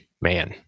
man